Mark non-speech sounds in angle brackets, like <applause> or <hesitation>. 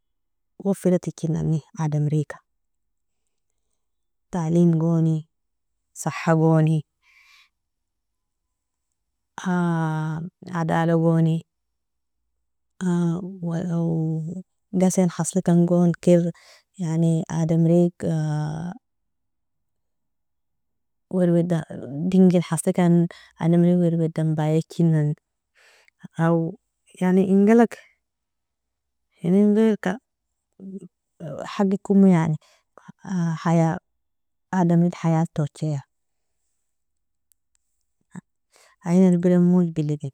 <hesitation> wafiratijinani adamiriga, talimgoni, sahagoni, <hesitation> adalagoni <hesitation> gaseni hasilikangoni kir yani adamriga <hesitation> <unintelligible> dingin hasilikan adamri wirwadan baijanani, awo yani ingalaka inengerka hagikomo yani <hesitation> adamrin haya joija ien irbin mojbeli.